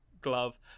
glove